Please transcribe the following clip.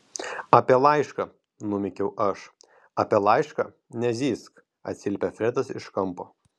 apie laišką numykiau aš apie laišką nezyzk atsiliepė fredas iš kampo